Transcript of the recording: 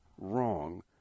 wrong